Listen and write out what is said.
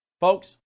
Folks